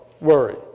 worry